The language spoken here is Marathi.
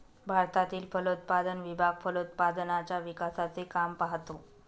भारतातील फलोत्पादन विभाग फलोत्पादनाच्या विकासाचे काम पाहतो